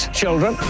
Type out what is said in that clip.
children